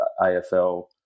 AFL